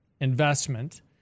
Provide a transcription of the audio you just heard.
investment